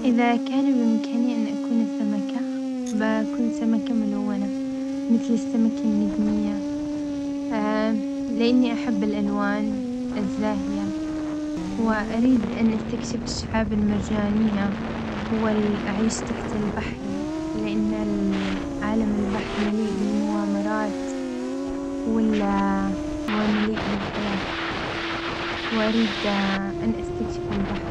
إذا كان بإمكاني أن أكون سمكة بكون سمكة ملونة مثل السمكة النجمية لأني أحب الألوان الزاهية وأريد أن أستكشف الشعاب المرجانية وأعيش تحت البحر لأن ال عالم البحر مليء بالمغامرات، وال ومليء بالحياة، وأريد أن أستكشف البحر.